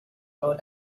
low